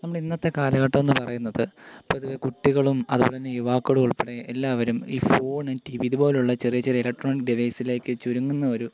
നമ്മുടെ ഇന്നത്തെ കാലഘട്ടം എന്ന് പറയുന്നത് പൊതുവേ കുട്ടികളും അതുപോലെ തന്നെ യുവാക്കളും ഉൾപ്പെടെ എല്ലാവരും ഈ ഫോണും ടി വിയും ഇതുപോലുള്ള ചെറിയ ചെറിയ ഇലക്ട്രോണിക്ക് ഡിവൈസിലേക്ക് ചുരുങ്ങുന്ന ഒരു